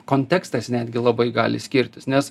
kontekstas netgi labai gali skirtis nes